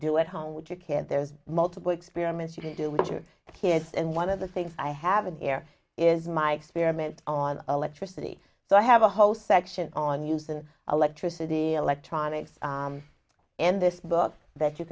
do at home which you can there's multiple experiments you do with your kids and one of the things i haven't here is my experiments on electricity so i have a whole section on use and electricity electronics in this book that you